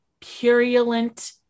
purulent